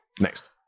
next